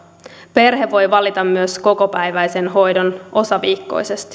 perhe voi valita myös kokopäiväisen hoidon osaviikkoisesti